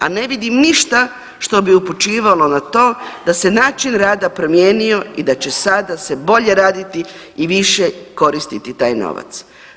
A ne vidim ništa što bi upućivalo na to da se način rada promijenio i da će sada se bolje raditi i više koristiti taj novac.